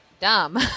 dumb